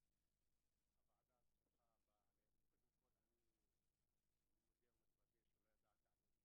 קודם כל אני מודה ומתוודה שלא ידעתי על